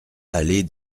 allée